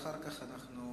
אחר כך נצביע.